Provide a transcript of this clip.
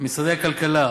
משרדי הכלכלה,